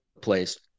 place